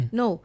no